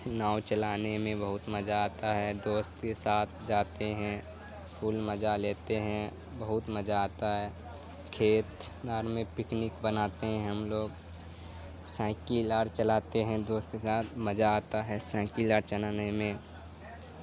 now چلانے میں بہت مزہ آتا ہے دوست کے ساتھ جاتے ہیں پھول مجا لیتے ہیں بہت مزہ آتا ہے کھیت دار میں پکنک بناتے ہیں ہم لوگ سائیکل آر چلاتے ہیں دوست کے ساتھ مزہ آتا ہے سائیکل آر چلانے میں